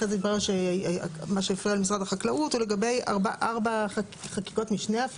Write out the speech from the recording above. אחרי זה התברר שמה שהפריע למשרד החקלאות הוא לגבי 4 חקיקות משנה,